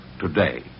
today